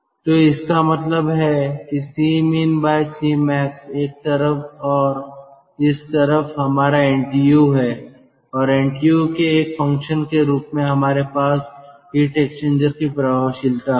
तो इसका मतलब है Cmin Cmax एक तरफ और इस तरफ हमारा एनटीयू है और एनटीयू के एक फंक्शन के रूप में हमारे पास हीट एक्सचेंजर की प्रभावशीलता होगी